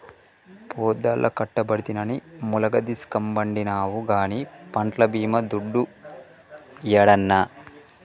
పొద్దల్లా కట్టబడితినని ములగదీస్కపండినావు గానీ పంట్ల బీమా దుడ్డు యేడన్నా